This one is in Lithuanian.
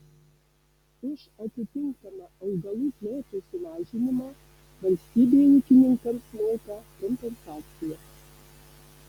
už atitinkamą augalų plotų sumažinimą valstybė ūkininkams moka kompensaciją